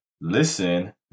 listen